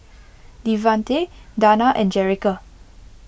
Devante Danna and Jerrica